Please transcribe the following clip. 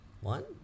One